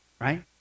Right